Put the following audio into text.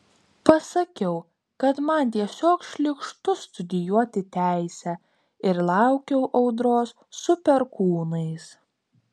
pasakiau kad man tiesiog šlykštu studijuoti teisę ir laukiau audros su perkūnais